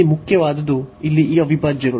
ಇಲ್ಲಿ ಮುಖ್ಯವಾದುದು ಇಲ್ಲಿ ಈ ಅವಿಭಾಜ್ಯಗಳು